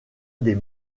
des